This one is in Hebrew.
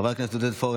חבר הכנסת עודד פורר,